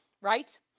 Right